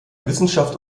wissenschaft